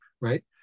right